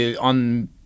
on